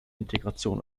integration